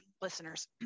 listeners